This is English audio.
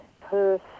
Perth